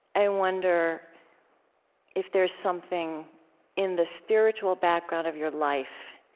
i wonder if there's something in the spiritual background of your life